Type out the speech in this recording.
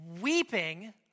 weeping